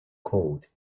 code